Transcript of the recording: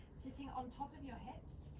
sitting on top of your hips.